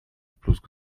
plusk